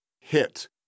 hit